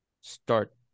start